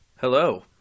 Hello